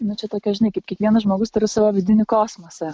nu čia tokia žinai kaip kiekvienas žmogus turi savo vidinį kosmosą